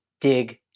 dig